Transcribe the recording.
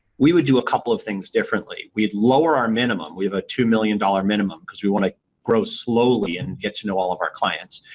we would do a couple of things differently. we'd lower our minimum. we have a two million dollars minimum because we want to grow slowly and get to know all of our clients.